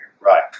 Right